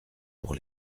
pour